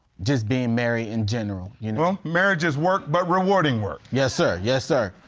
just being married in general, you know? well, marriage is work, but rewarding work. yes, sir. yes, sir.